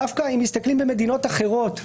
היא דווקא אם מסתכלים במדינות אחרות שהבאנו.